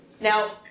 Now